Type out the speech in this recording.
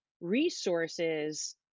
resources